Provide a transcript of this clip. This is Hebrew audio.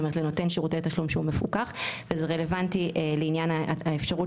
כלומר לנותן שירותי תשלום שהוא מפוקח וזה רלוונטי לעניין האפשרות